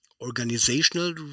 organizational